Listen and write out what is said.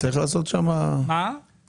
אני